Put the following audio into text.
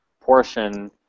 portion